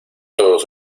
todos